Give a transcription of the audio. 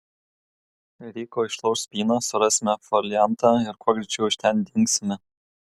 ryko išlauš spyną surasime foliantą ir kuo greičiau iš ten dingsime